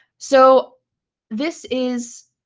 so this is